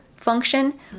function